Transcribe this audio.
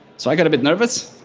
so i got a bit nervous.